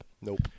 Nope